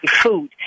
food